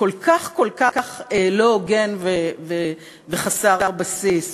כל כך לא הוגן וחסר בסיס.